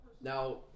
Now